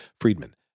Friedman